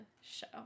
show